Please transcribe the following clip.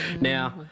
Now